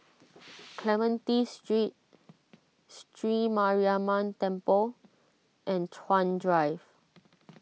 Clementi Street Sri Mariamman Temple and Chuan Drive